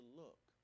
look